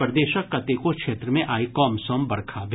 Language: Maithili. प्रदेशक कतेको क्षेत्र मे आइ कमसम बरखा भेल